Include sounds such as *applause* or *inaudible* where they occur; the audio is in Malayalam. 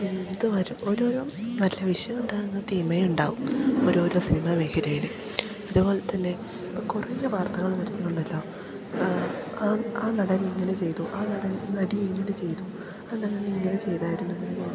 എന്തോ ഒരു ഓരോരോ നല്ല വിഷയം ഉണ്ടാവുമ്പം *unintelligible* ഉണ്ടാവുന്നു ഓരോ ഓരോ സിനിമ മേഖലയിൽ അതുപോലെ തന്നെ കുറേ വാർത്തകൾ വരുന്നുണ്ടല്ലോ ആ നടൻ ഇങ്ങനെ ചെയ്തു ആ നടൻ നടിയെ ഇങ്ങനെ ചെയ്തു ആ നടി ഇങ്ങനെ ചെയ്തായിരുന്നു